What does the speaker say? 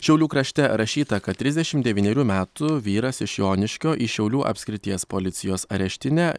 šiaulių krašte rašyta kad trisdešimt devynerių metų vyras iš joniškio į šiaulių apskrities policijos areštinę